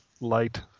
light